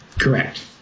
Correct